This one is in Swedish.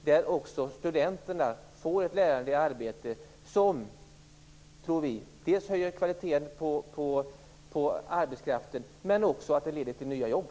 Då får studenterna ett lärande i arbete som vi tror dels höjer kvaliteten på arbetskraften, dels leder till nya jobb.